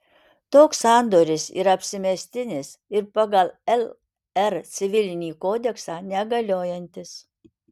toks sandoris yra apsimestinis ir pagal lr civilinį kodeksą negaliojantis